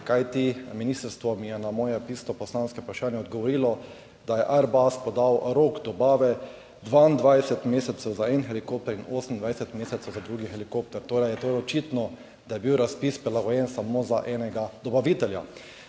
kajti ministrstvo mi je na moje pisno poslansko vprašanje odgovorilo, da je Airbus podal rok dobave 22 mesecev za en helikopter in 28 mesecev za drugi helikopter, torej je očitno, da je bil razpis prilagojen samo za enega dobavitelja.